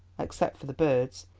except for the birds.